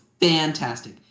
fantastic